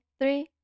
Three